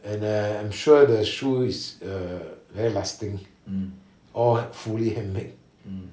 and I am sure the shoes is uh very lasting all are fully handmade